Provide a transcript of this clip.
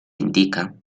indica